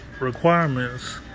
requirements